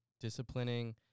disciplining